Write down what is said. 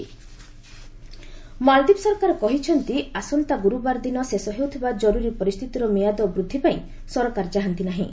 Maldives emergency Maldives ସରକାର କହିଛନ୍ତି ଆସନ୍ତା ଗୁରୁବାର ଦିନ ଶେଷ ହେଉଥିବା ଜରୁରୀ ପରିସ୍ଥିତିର ମିଆଦ ବୃଦ୍ଧି ପାଇଁ ସରକାର ଚାହାନ୍ତି ନାହିଁ